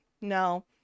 no